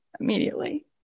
immediately